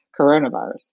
coronavirus